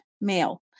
male